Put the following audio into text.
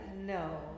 no